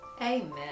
Amen